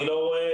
אני לא רואה,